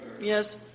Yes